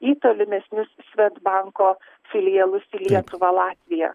į tolimesnius svedbanko filialus į lietuvą latviją